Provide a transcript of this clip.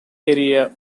area